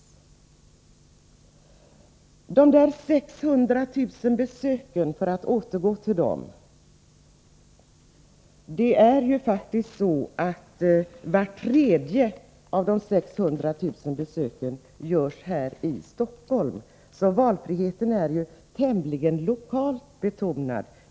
Beträffande de 600 000 besöken, för att återgå till det resonemanget, är det faktiskt så att vart tredje besök görs här i Stockholm. Valfriheten är således tämligen lokalt betonad.